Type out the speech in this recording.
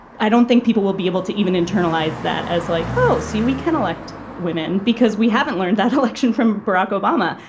i don't think people will be able to even internalize that as like, oh, see, we can elect women because we haven't learned that election from barack obama.